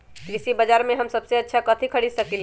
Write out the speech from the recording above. कृषि बाजर में हम सबसे अच्छा कथि खरीद सकींले?